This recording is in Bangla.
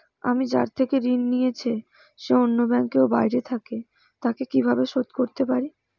আমি যার থেকে ঋণ নিয়েছে সে অন্য ব্যাংকে ও বাইরে থাকে, তাকে কীভাবে শোধ করতে পারি?